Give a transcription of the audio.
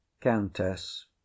Countess